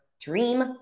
dream